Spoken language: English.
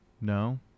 no